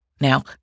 Now